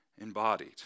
embodied